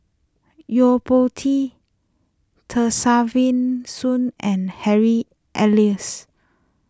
Yo Po Tee Kesavan Soon and Harry Elias